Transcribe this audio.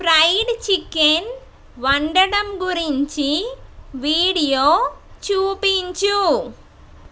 fried chicken వండడం గురించి video చూపించు